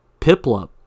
Piplup